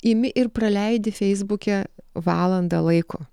imi ir praleidi feisbuke valandą laiko